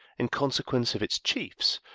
in consequence of its chiefs,